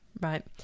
right